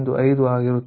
5 ಆಗಿರುತ್ತದೆ